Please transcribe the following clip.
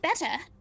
better